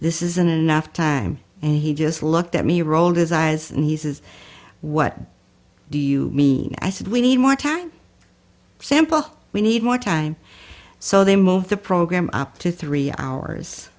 this isn't enough time and he just looked at me rolled his eyes and he says what do you mean i said we need more time sample we need more time so they moved the program up to three hours